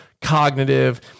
cognitive